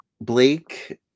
Blake